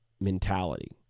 mentality